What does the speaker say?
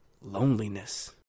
loneliness